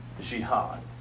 jihad